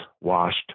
washed